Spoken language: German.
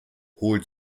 holt